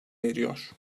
eriyor